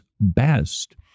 best